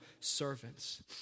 servants